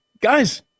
guys